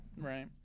Right